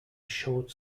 short